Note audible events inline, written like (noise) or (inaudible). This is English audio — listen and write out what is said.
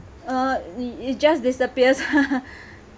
uh it it just disappears (laughs)